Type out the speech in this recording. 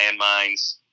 landmines